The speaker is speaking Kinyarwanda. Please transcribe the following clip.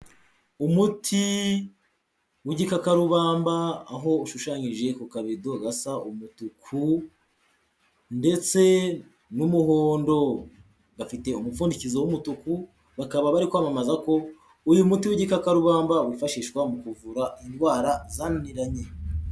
Umuti w'igikakarubamba aho ushushanyije ku kabido gasa umutuku ndetse n'umuhondo, gafite umupfundikizo w'umutuku bakaba bari kwamamaza ko uyu muti w'igikakarubamba wifashishwa mu kuvura indwara zananiranye.